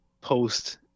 post